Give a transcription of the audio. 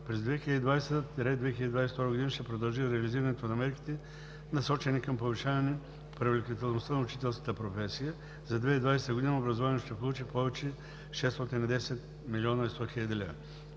През 2020 – 2022 г. ще продължи реализирането на мерките, насочени към повишаване привлекателността на учителската професия. За 2020 г. образованието ще получи повече 610,1 млн. лв.